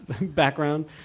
background